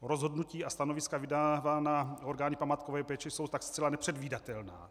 Rozhodnutí a stanoviska vydávaná orgány památkové péče jsou tak zcela nepředvídatelná.